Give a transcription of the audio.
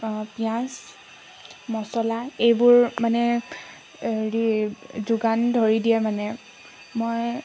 পিঁয়াজ মচলা এইবোৰ মানে ৰি যোগান ধৰি দিয়ে মানে মই